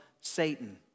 Satan